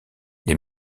les